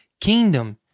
kingdom